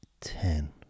ten